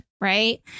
right